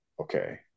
okay